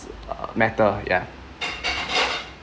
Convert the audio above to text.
uh matter ya